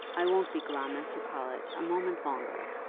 i won't be glum, as you call it, a moment longer.